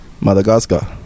Madagascar